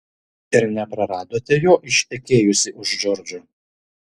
ir nepraradote jo ištekėjusi už džordžo